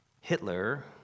Hitler